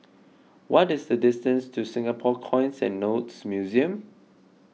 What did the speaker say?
what is the distance to Singapore Coins and Notes Museum